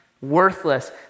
worthless